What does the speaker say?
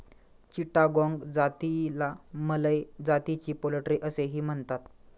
चिटागोंग जातीला मलय जातीची पोल्ट्री असेही म्हणतात